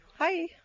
Hi